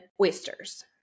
oysters